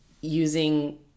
Using